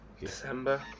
December